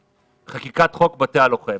3. חקיקת חוק בתי הלוחם.